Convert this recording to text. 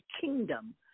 kingdom